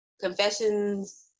confessions